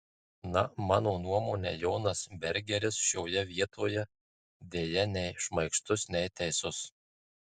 na mano nuomone jonas bergeris šioje vietoje deja nei šmaikštus nei teisus